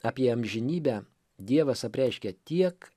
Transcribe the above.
apie amžinybę dievas apreiškia tiek